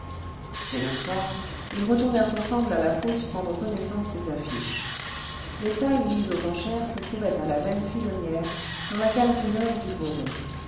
dès le soir ils retournèrent ensemble à la fosse prendre connaissance des affiches les tailles mises aux enchères se trouvaient à la veine filonnière dans la galerie nord du voreux